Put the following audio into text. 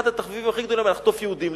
אחד התחביבים הכי גדולים היה לחטוף יהודים.